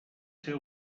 ser